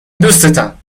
دوستتم